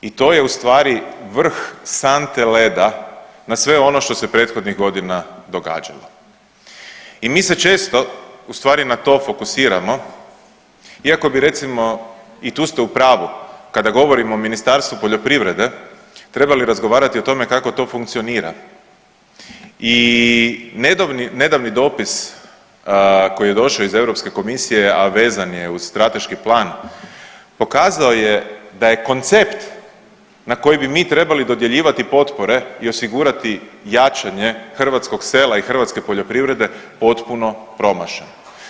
I to je ustvari vrh sante leda na sve ono što se prethodnih godina događalo i mi se često ustvari na to fokusiramo iako bi recimo, i tu ste u pravu, kada govorimo o Ministarstvu poljoprivrede, trebali razgovarati o tome kako to funkcionira i nedavni dopis koji je došao iz EU komisije, a vezan je uz strateški plan, pokazao je da je koncept na koji bi mi trebali dodjeljivati potpore i osigurati jačanje hrvatskog sela i hrvatske poljoprivrede potpuno promašen.